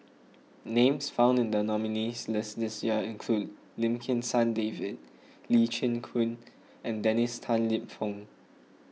names found in the nominees' list this year include Lim Kim San David Lee Chin Koon and Dennis Tan Lip Fong